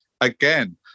again